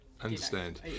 understand